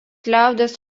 liaudies